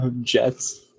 Jets